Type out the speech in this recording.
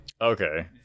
Okay